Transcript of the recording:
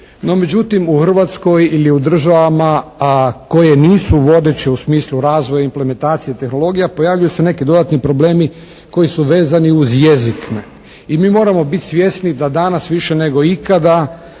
međutim, u Hrvatskoj ili u državama a koje nisu vodeće u smislu razvoja implementacije tehnologija pojavljuju se neki dodatni problemi koji su vezani uz jezik. I mi moramo biti svjesni da danas više nego ikada,